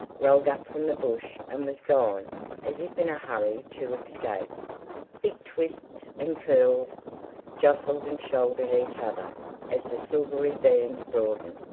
rolled up from the bush and was gone as if in a hurry to escape big twists and curls jostled and shouldered each other as the silvery beams broadened.